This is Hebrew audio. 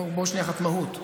בוא שנייה אחת מהות,